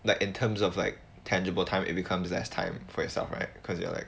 like in terms of like tangible time it becomes less time for yourself right because you are like